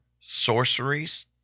sorceries